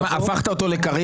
אני מבין שהפכת אותו לקריין.